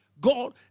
God